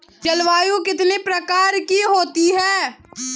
जलवायु कितने प्रकार की होती हैं?